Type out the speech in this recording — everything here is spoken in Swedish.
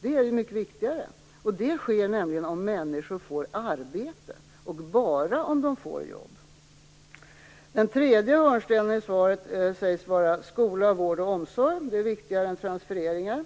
Det är ju mycket viktigare! Det skulle nämligen kunna ske om människor får arbete, och bara då. Den tredje hörnstenen i svaret sägs vara skola, vård och omsorg och att detta är viktigare än transfereringar.